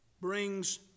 brings